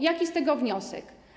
Jaki z tego wniosek?